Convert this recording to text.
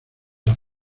las